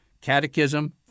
Catechism